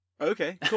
Okay